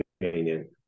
opinion